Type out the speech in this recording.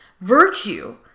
virtue